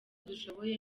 dushoboye